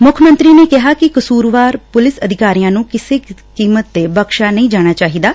ਮੁੱਖ ਮੰਤਰੀ ਨੇ ਕਿਹਾ ਕਿ ਕਸੁਰਵਾਰ ਪੁਲਿਸ ਅਧਿਕਾਰੀਆਂ ਨੂੰ ਕਿਸੇ ਕੀਮਤ ਤੇ ਬਕਸ਼ਿਆ ਨਹੀਂ ਜਾਣਾ ਚਾਹੀਦੈ